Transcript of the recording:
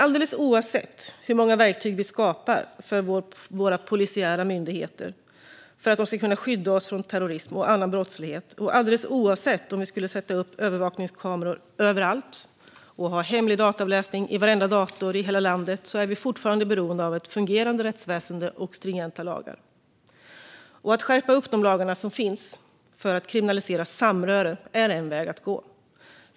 Alldeles oavsett hur många verktyg vi skapar för våra polisiära myndigheter för att de ska kunna skydda oss från terrorism och annan brottslighet och alldeles oavsett om vi skulle sätta upp övervakningskameror överallt och ha hemlig dataavläsning i varenda dator i hela landet är vi fortfarande beroende av ett fungerande rättsväsen och stringenta lagar. Att skärpa de lagar som finns för att kriminalisera samröre är en väg att gå.